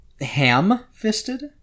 Ham-fisted